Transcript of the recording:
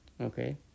Okay